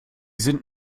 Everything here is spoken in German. sind